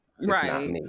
Right